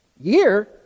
year